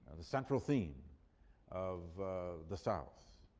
the central theme of the south.